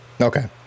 Okay